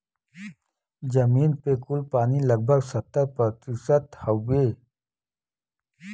जमीन पे कुल पानी लगभग सत्तर प्रतिशत हउवे